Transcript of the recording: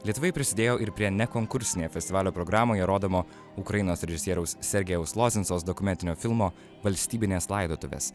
lietuviai prisidėjo ir prie nekonkursinėje festivalio programoje rodomo ukrainos režisieriaus sergejaus lozinsos dokumentinio filmo valstybinės laidotuvės